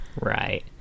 Right